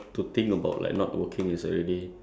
like on our daily basis